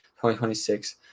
2026